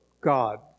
God